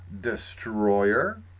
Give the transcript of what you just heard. Destroyer